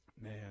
Man